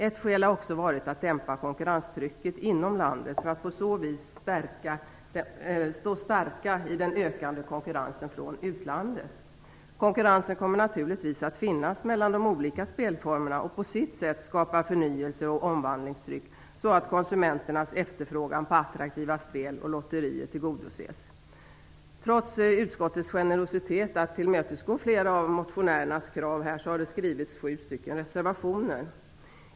Ett skäl har också varit att dämpa konkurrenstrycket inom landet för att på så vis stå starka i den ökande konkurrensen från utlandet. Konkurrens kommer naturligtvis att finnas mellan de olika spelformerna och på sitt sätt skapa förnyelse och omvandlingstryck så att konsumenternas efterfrågan på attraktiva spel och lotterier tillgodoses. Trots utskottets generositet att tillmötesgå flera av motionärerna har det avgetts sju reservationer.